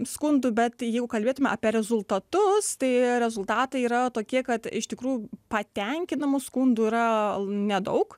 skundų bet jeigu kalbėtume apie rezultatus tai rezultatai yra tokie kad iš tikrų patenkinamų skundų yra nedaug